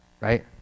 right